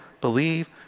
believe